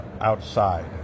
outside